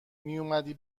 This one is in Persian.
میومدی